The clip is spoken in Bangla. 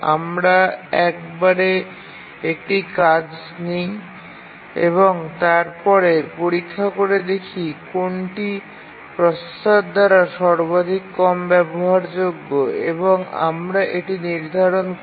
আমরা একবারে একটি কাজ নিই এবং তারপরে পরীক্ষা করে দেখি কোনটি প্রসেসর দ্বারা সর্বাধিক কম ব্যবহারযোগ্য এবং আমরা এটি নির্ধারণ করি